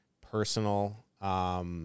personal